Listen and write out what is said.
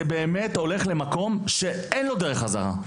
זה באמת הולך למקום שאין ממנו דרך חזרה.